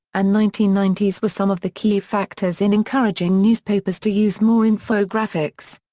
and nineteen ninety s were some of the key factors in encouraging newspapers to use more infographics.